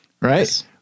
Right